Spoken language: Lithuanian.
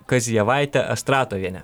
kazijevaitė astratovienė